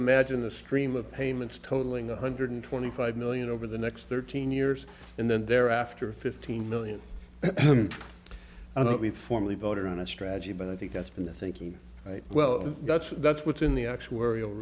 imagine a stream of payments totaling one hundred twenty five million over the next thirteen years and then there after a fifteen million i don't be formally voter and strategy but i think that's been the thinking well that's that's what's in the actuarial